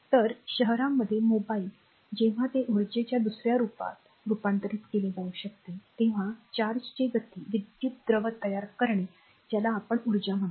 तर शहरांमध्ये मोबाइल जेव्हा ते उर्जेच्या दुसर्या रूपात रूपांतरित केले जाऊ शकते तेव्हा चार्जची गती विद्युत द्रव तयार करते ज्याला आपण ऊर्जा म्हणतो